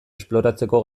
esploratzeko